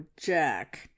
jack